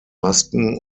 masken